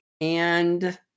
And-